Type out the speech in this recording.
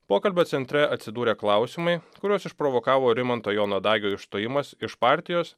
pokalbio centre atsidūrė klausimai kuriuos išprovokavo rimanto jono dagio išstojimas iš partijos